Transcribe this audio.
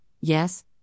yes